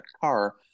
car